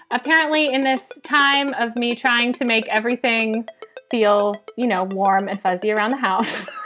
apparently in this time of me trying to make everything feel, you know, warm and fuzzy around the house,